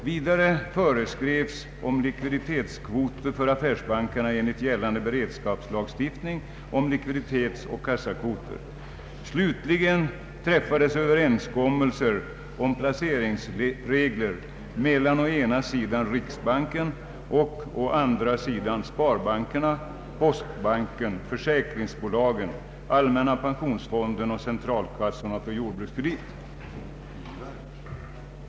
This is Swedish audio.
Vidare föreskrevs om likviditetskvoter för affärsbankerna enligt gällande beredskapslagstiftning om likviditetsoch kassakvoter. Slutligen träffades överenskommelser om placeringsregler mellan å ena sidan riksbanken och å andra sidan sparbankerna, postbanken, försäkringsbolagen, allmänna pensionsfonden och centralkassorna för jordbrukskredit.